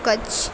Kutch